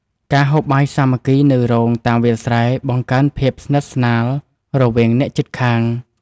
ការហូបបាយសាមគ្គីនៅរោងតាមវាលស្រែ បង្កើនភាពស្និទ្ធស្នាលរវាងអ្នកជិតខាង។